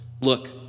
Look